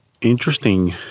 interesting